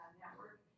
network